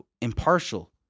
impartial